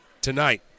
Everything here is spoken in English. tonight